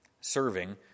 serving